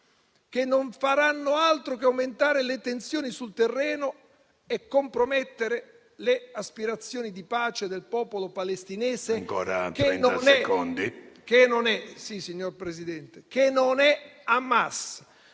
che non faranno altro che aumentare le tensioni sul terreno e compromettere le aspirazioni di pace del popolo palestinese, che non è Hamas.